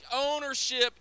ownership